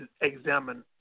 examine